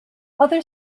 other